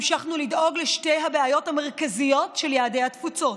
המשכנו לדאוג לשתי הבעיות המרכזיות של יהודי התפוצות: